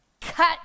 Cut